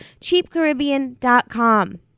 CheapCaribbean.com